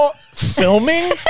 filming